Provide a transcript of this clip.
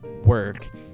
work